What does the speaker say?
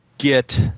get